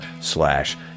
slash